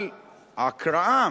אבל ההקראה